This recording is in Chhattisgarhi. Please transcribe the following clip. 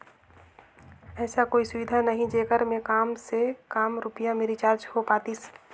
ऐसा कोई सुविधा नहीं जेकर मे काम से काम रुपिया मे रिचार्ज हो पातीस?